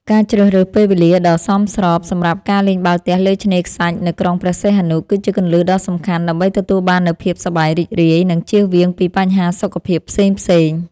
ការជ្រើសរើសពេលវេលាដ៏សមស្របសម្រាប់ការលេងបាល់ទះលើឆ្នេរខ្សាច់នៅក្រុងព្រះសីហនុ គឺជាគន្លឹះដ៏សំខាន់ដើម្បីទទួលបាននូវភាពសប្បាយរីករាយ និងជៀសវាងពីបញ្ហាសុខភាពផ្សេងៗ។